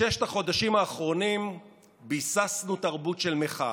בששת החודשים האחרונים ביססנו תרבות של מחאה.